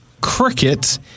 cricket